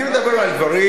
אני מדבר על דברים